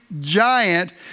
giant